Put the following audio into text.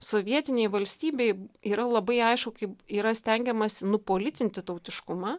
sovietinėj valstybėj yra labai aišku kaip yra stengiamasi nupolitinti tautiškumą